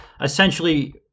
essentially